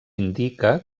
indica